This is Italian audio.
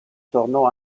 tornò